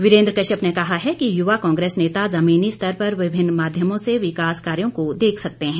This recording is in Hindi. वीरेन्द्र कश्यप ने कहा है कि युवा कांग्रेस नेता जमीनी स्तर पर विभिन्न माध्यमों से विकास कार्यो को देख सकते हैं